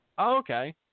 Okay